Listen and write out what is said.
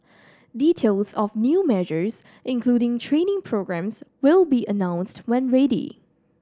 details of new measures including training programmes will be announced when ready